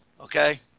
okay